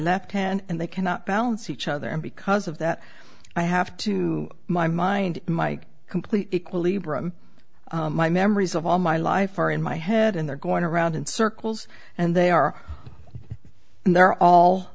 left hand and they cannot balance each other and because of that i have to my mind my complete equilibrium my memories of all my life are in my head and they're going around in circles and they are in there all